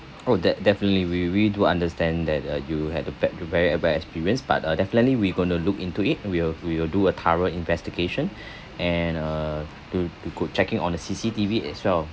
oh de~ definitely we we do understand that uh you had a bad a very bad experience but uh definitely we going to look into it uh we'll we'll do a thorough investigation and uh to to go checking on uh C_C_T_V as well